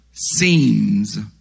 Seems